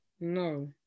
no